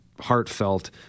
heartfelt